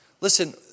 Listen